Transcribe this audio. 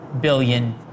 billion